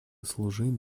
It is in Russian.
служить